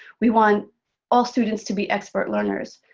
we want all students to be expert learners.